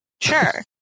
Sure